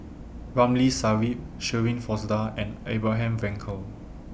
Ramli Sarip Shirin Fozdar and Abraham Frankel